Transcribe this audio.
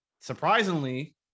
Surprisingly